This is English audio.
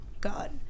God